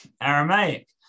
Aramaic